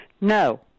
No